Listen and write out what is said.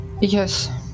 Yes